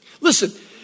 Listen